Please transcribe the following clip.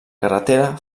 carretera